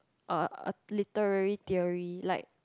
uh a literary theory like